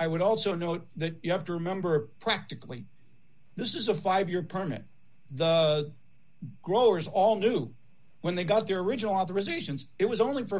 i would also note that you have to remember practically this is a five year permit the growers all knew when they got their original authorizations it was only for